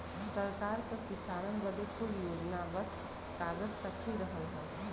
सरकार क किसानन बदे कुल योजना बस कागज तक ही रहल हौ